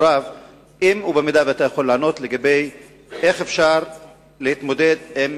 האם אתה יכול לענות על השאלה איך אפשר להתמודד עם